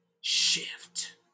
shift